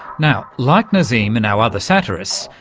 now, like nazeem and our other satirists,